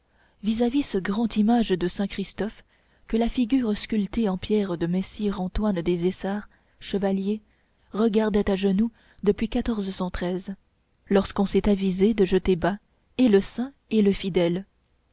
vis-à-vis ce grand image de saint christophe que la figure sculptée en pierre de messire antoine des essarts chevalier regardait à genoux depuis lorsqu'on s'est avisé de jeter bas et le saint et le